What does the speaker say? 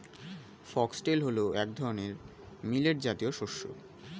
foxtail হল এক ধরনের মিলেট জাতীয় শস্য